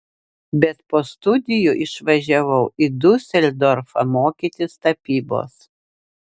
bet po studijų išvažiavau į diuseldorfą mokytis tapybos